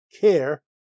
care